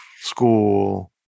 school